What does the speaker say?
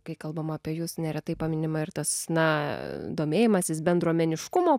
kai kalbama apie jus neretai paminima ir tas na domėjimasis bendruomeniškumo